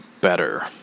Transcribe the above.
better